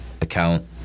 account